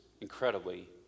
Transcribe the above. incredibly